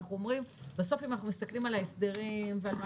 ואנחנו אומרים שבסוף אם אנחנו מסתכלים על ההסדרים ועל מה